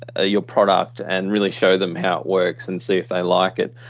ah your product and really show them how it works and see if they like it.